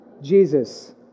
Jesus